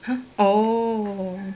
!huh! oh